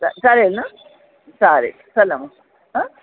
चा चालेल ना चालेल चला मग हं